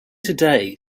today